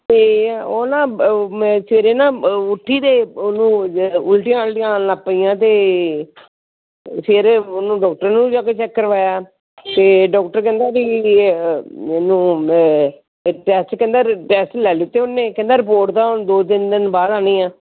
ਅਤੇ ਉਹ ਨਾ ਉਹ ਸਵੇਰੇ ਨਾ ਉੱਠੀ ਅਤੇ ਉਹਨੂੰ ਉੱਲਟੀਆਂ ਆਲਟੀਆਂ ਆਣ ਲੱਗ ਪਈਆਂ ਅਤੇ ਫਿਰ ਉਹਨੂੰ ਡਾਕਟਰ ਨੂੰ ਜਾ ਕੇ ਚੈੱਕ ਕਰਵਾਇਆ ਅਤੇ ਡਾਕਟਰ ਕਹਿੰਦਾ ਵੀ ਇਹਨੂੰ ਇਹ ਟੈਸਟ ਕਹਿੰਦਾ ਟੈਸਟ ਲੈ ਲਏ ਉਹਨੇ ਕਹਿੰਦਾ ਰਿਪੋਰਟ ਤਾਂ ਹੁਣ ਦੋ ਤਿੰਨ ਦਿਨ ਬਾਅਦ ਆਉਣੀ ਹੈ